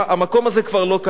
המקום הזה כבר לא קיים.